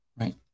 Right